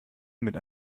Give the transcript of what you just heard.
mit